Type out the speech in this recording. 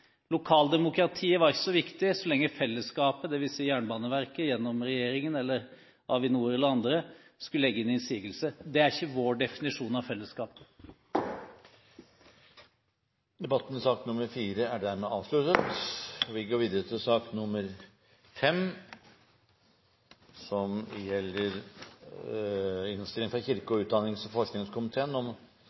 Lokaldemokratiet er ikke så viktig så lenge fellesskapet, dvs. Jernbaneverket gjennom regjeringen, Avinor eller andre, skulle legge inn innsigelser. Det er ikke vår definisjon av fellesskap. Flere har ikke bedt om ordet til sak nr. 4. Etter ønske fra kirke- utdannings- og forskningskomiteen